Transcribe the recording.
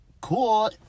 cool